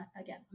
again